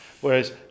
Whereas